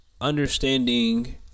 understanding